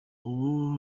ubu